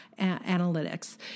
analytics